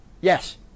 Yes